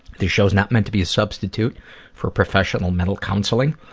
this show is not meant to be a substitute for professional mental counseling.